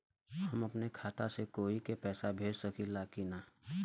हम अपने खाता से कोई के पैसा भेज सकी ला की ना?